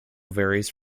varies